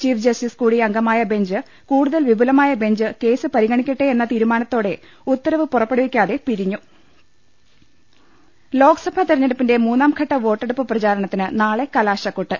chief justice കൂടി അംഗമായ bench കൂടുതൽ വിപുലമായ ബെഞ്ച് കേസ് പരിഗണിക്കട്ടെയെന്ന തീരുമാനത്തോടെ ഉത്തരവ് പുറപ്പെടുവിക്കാതെ പിരിഞ്ഞു ക്കൽക്കൽ ലോക്സഭാ തെരഞ്ഞെടുപ്പിന്റെ മൂന്നാംഘട്ട വോട്ടെടുപ്പ് പ്രചാരണത്തിന് നാളെ കലാശക്കൊട്ട്